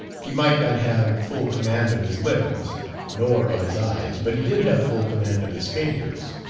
he might not have full command of his limbs nor of his eyes, but he did have full command of his fingers.